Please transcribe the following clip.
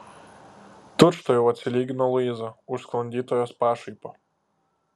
tučtuojau atsilygino luiza už sklandytojos pašaipą